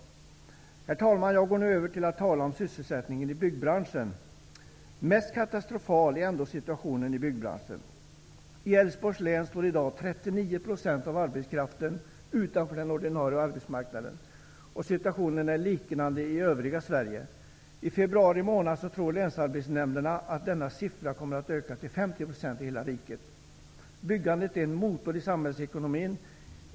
Herr talman! Jag övergår nu till att tala om sysselsättningen inom byggbranschen, där situationen är mest katastrofal. I Älvsborgs län står i dag 39 % av arbetskraften utanför den ordinarie arbetsmarknaden. Situationen är liknande i övriga Sverige. Länsarbetsnämnderna tror att denna siffra i februari månad kommer att ha ökat till 50 % för hela riket. Byggandet är en motor i samhällsekonomin.